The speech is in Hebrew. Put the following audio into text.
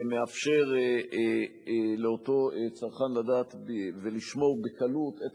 מאפשר לאותו צרכן לדעת ולשמור בקלות את